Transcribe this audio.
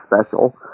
special